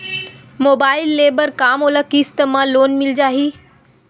Mobile ले बर का मोला किस्त मा लोन मिल जाही?